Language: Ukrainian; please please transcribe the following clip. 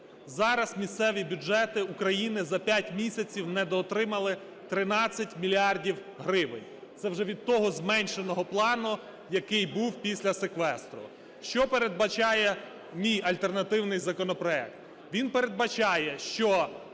Зараз місцеві бюджети України за 5 місяців недоотримали 13 мільярдів гривень. Це вже від того зменшеного плану, який був після секвестру. Що передбачає мій альтернативний законопроект. Він передбачає, що